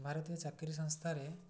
ଭାରତୀୟ ଚାକିରି ସଂସ୍ଥାରେ